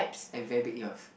and very big ears